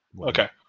Okay